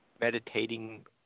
meditating